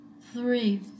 Three